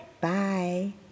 bye